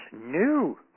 new